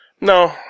no